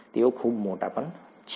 તેઓ ખૂબ મોટા પણ છે